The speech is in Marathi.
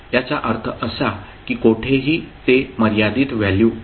याचा अर्थ असा की कोठेही ते मर्यादित व्हॅल्यू आहे